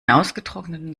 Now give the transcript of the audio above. ausgetrockneten